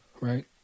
Right